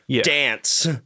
dance